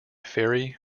ferry